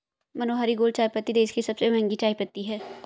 मनोहारी gold चायपत्ती देश की सबसे महंगी चायपत्ती है